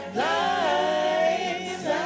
lights